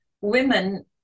women